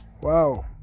wow